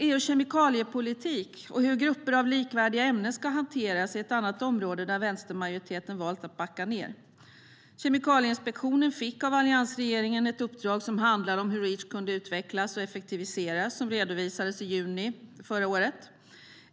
EU:s kemikaliepolitik och hur grupper av likvärdiga ämnen ska hanteras är ett annat område där vänstermajoriteten har valt att backa. Kemikalieinspektionen fick av alliansregeringen ett uppdrag som handlade om hur Reach kunde utvecklas och effektiviseras som redovisades i juni förra året.